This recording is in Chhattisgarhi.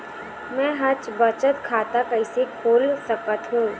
मै ह बचत खाता कइसे खोल सकथों?